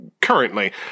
currently